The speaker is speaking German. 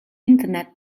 internet